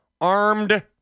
armed